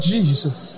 Jesus